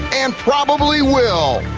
and probably will!